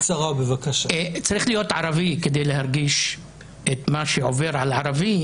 צריך להיות ערבי כדי להרגיש את מה שעובר על ערבי,